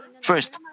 first